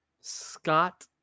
Scott